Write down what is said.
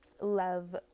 love